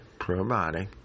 probiotic